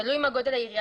תלוי מה גודל העירייה.